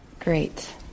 Great